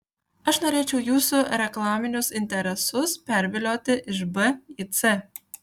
aš norėčiau jūsų reklaminius interesus pervilioti iš b į c